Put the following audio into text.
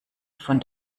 von